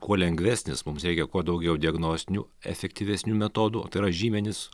kuo lengvesnis mums reikia kuo daugiau diagnostinių efektyvesnių metodų tai yra žymenys